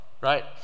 right